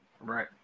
Right